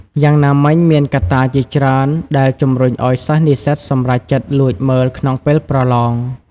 យ៉ាងណាមិញមានកត្តាជាច្រើនដែលជំរុញឱ្យសិស្សនិស្សិតសម្រេចចិត្តលួចមើលក្នុងពេលប្រឡង។